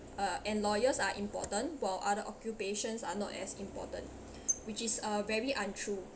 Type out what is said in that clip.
uh and lawyers are important while other occupations are not as important which is uh very untrue